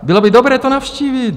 Bylo by dobré je navštívit.